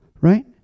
Right